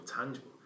tangible